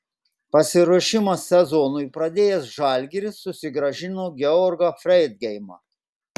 pasiruošimą sezonui pradėjęs žalgiris susigrąžino georgą freidgeimą